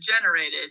generated